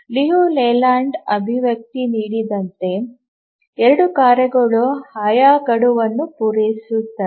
Liu Leyland ಅಭಿವ್ಯಕ್ತಿ ನೀಡಿದಂತೆ ಎರಡೂ ಕಾರ್ಯಗಳು ಆಯಾ ಗಡುವನ್ನು ಪೂರೈಸುತ್ತವೆ